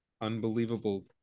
unbelievable